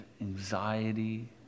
anxiety